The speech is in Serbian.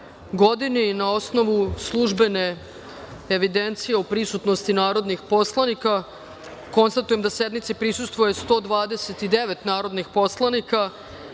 godini. Na osnovu službene evidencije o prisutnosti narodnih poslanika konstatujem da sednici prisustvuje 129 narodnih poslanika. Radi